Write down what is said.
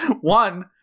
One